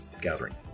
gathering